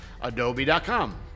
adobe.com